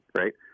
right